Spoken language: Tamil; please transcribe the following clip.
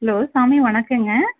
ஹலோ சாமி வணக்கங்க